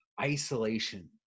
isolation